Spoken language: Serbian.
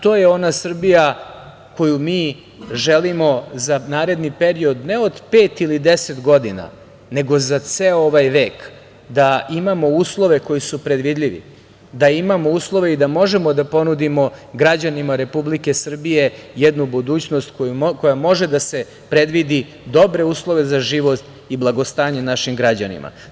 To je ona Srbija koju mi želimo za naredni period, ne od pet ili deset godina, nego za ceo ovaj vek, da imamo uslove koji su predvidljivi, da imamo uslove i da možemo da ponudimo građanima Republike Srbije jednu budućnost koja može da se predvidi, dobre uslove za život i blagostanje našim građanima.